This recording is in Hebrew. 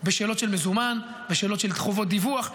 בשאלות של מזומן, בשאלות של חובות דיווח.